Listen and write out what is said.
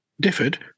differed